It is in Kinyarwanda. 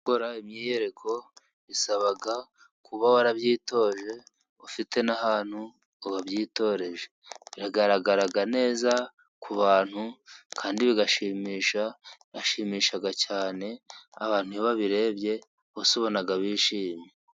Gukora imyiyereko bisaba kuba warabyitoje, ufite n'ahantu wabyitoreje. bigaragara neza ku bantu, kandi binashimisha cyane, abantu iyo babirebye, bose ubona bishimye.